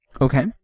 Okay